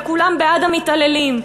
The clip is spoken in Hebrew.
וכולם בעד המתעללים,